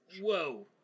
whoa